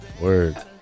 Word